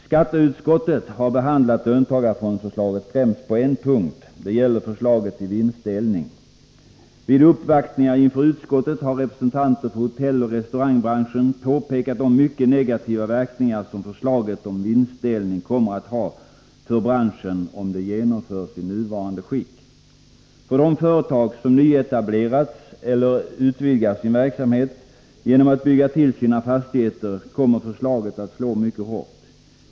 Skatteutskottet har behandlat löntagarfondsförslaget främst på en punkt. Det gäller förslaget till vinstdelning. Vid uppvaktning inför utskottet har representanter för hotelloch restaurangbranschen påpekat de mycket negativa verkningar som förslaget om vinstdelning kommer att ha för branschen om det genomförs i nuvarande skick. För de företag som nyetablerats eller utvidgat sin verksamhet genom att bygga till sina fastigheter kommer förslaget att slå mycket hårt.